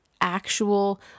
actual